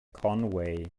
conway